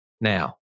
now